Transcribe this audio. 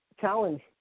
challenge